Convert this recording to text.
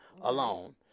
alone